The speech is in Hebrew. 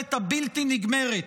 בשרשרת הבלתי-נגמרת